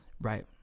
Right